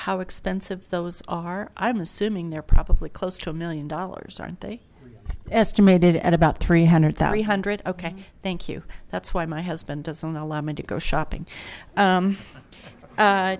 how expensive those are i'm assuming they're probably close to a million dollars aren't they estimated at about three hundred three hundred ok thank you that's why my husband doesn't allow men to go shopping